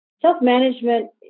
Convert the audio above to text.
Self-management